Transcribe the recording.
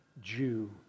Jew